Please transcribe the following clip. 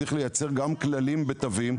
צריך לייצר כללים גם בתווים.